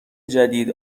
جدید